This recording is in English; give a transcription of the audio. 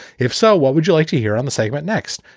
if so, what would you like to hear on the segment next?